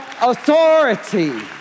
authority